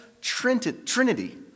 Trinity